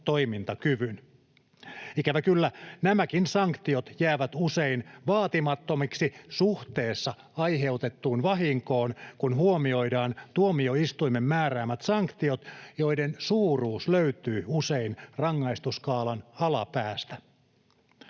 Ikävä kyllä nämäkin sanktiot jäävät usein vaatimattomiksi suhteessa aiheutettuun vahinkoon, kun huomioidaan tuomioistuimen määräämät sanktiot, joiden suuruus löytyy usein rangaistusskaalan alapäästä.